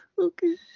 okay